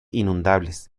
inundables